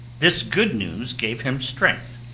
this good news gave him strength,